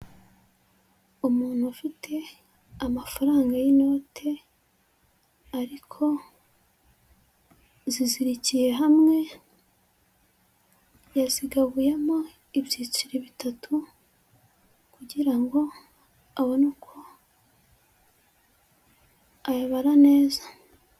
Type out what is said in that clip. Umuntu ufite amafaranga y'inote, ariko zizirikiye hamwe, yazigabumo ibyiciri bitatu, kugira ngo abone uko ayabara neza.